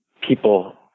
people